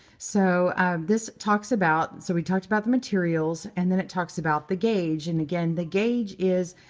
so this talks about so we talked about the materials, and then it talks about the gauge. and again, the gauge is,